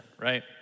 right